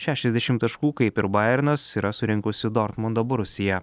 šešiasdešim taškų kaip ir bajernas yra surinkusi dortmundo borusija